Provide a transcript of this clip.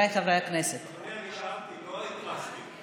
אני שאלתי, לא התרסתי.